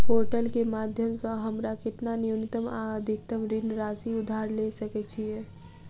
Portal केँ माध्यम सऽ हमरा केतना न्यूनतम आ अधिकतम ऋण राशि उधार ले सकै छीयै?